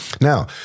now